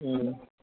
ꯎꯝ